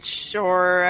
sure